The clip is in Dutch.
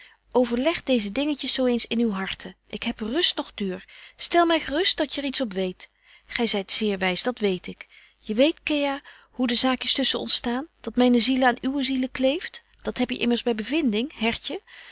overleg deeze dingetjes zo eens in uw harte ik heb rust noch duur stel my gerust dat je er iets op weet gy zyt zeer wys dat weet ik je weet kéa hoe de zaakjes tusschen ons staan dat myne ziele aan uwe ziele kleeft dat heb je immers by bevinding hertje